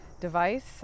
device